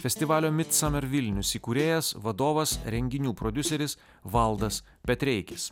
festivalio midsummer vilnius įkūrėjas vadovas renginių prodiuseris valdas petreikis